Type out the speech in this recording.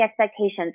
expectations